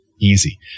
Easy